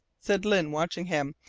said lyne watching him.